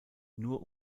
nur